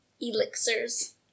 elixirs